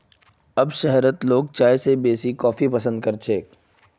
अब शहरत लोग चाय स बेसी कॉफी पसंद कर छेक